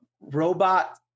robot